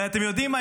ואתם יודעים מה?